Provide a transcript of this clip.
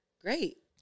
Great